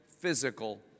physical